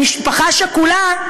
למשפחה שכולה,